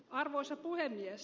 arvoisa puhemies